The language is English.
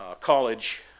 College